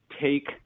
take